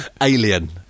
Alien